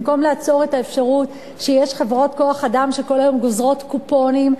במקום לעצור את האפשרות של חברות כוח-אדם שכל היום גוזרות קופונים,